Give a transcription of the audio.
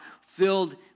filled